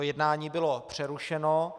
Jednání bylo přerušeno.